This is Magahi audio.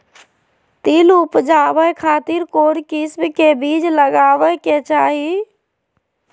तिल उबजाबे खातिर कौन किस्म के बीज लगावे के चाही?